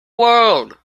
world